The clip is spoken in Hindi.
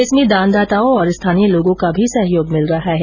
इसमें दान दाताओं और स्थानीय लोगों का भी सहयोग मिल रहा है